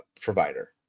provider